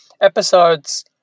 episodes